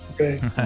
okay